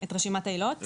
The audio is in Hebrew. העילות,